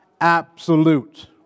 absolute